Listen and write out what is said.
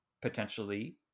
potentially